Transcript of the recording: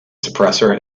suppressor